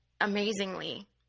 amazingly